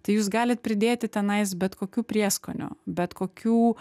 tai jūs galit pridėti tenais bet kokių prieskonių bet kokių